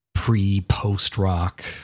pre-post-rock